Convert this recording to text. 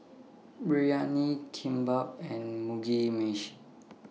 Biryani Kimbap and Mugi Meshi